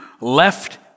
left